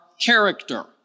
character